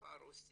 בשפה הרוסית,